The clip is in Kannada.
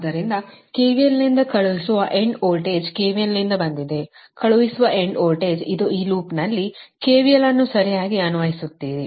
ಆದ್ದರಿಂದ KVLನಿಂದ ಕಳುಹಿಸುವ ಎಂಡ್ ವೋಲ್ಟೇಜ್ KVLನಿಂದ ಬಂದಿದೆ ಕಳುಹಿಸುವ ಎಂಡ್ ವೋಲ್ಟೇಜ್ ಇದು ಈ ಲೂಪ್ನಲ್ಲಿ KVL ಅನ್ನು ಸರಿಯಾಗಿ ಅನ್ವಯಿಸುತ್ತೀರಿ